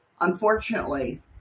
Unfortunately